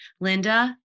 Linda